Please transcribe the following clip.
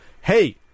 hey